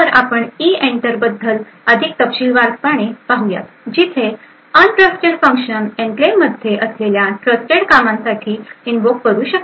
तर आपण इइंटर बद्दल अधिक तपशीलवारपणे पाहूयात जिथे अनट्रस्टेड फंक्शन एनक्लेव्हमध्ये असलेल्या ट्रस्टेड कामांसाठी इनव्होक करू शकते